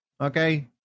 Okay